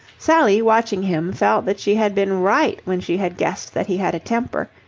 sally, watching him, felt that she had been right when she had guessed that he had a temper.